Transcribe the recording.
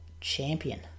champion